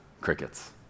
crickets